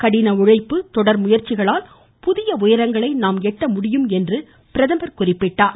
கடின உழைப்பு தொடர் முயற்சிகளால் புதிய உயரங்களை நாம் எட்ட முடியும் என்றும் குறிப்பிட்டார்